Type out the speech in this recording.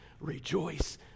Rejoice